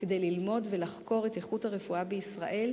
ולפי שיפוט הרופא הוא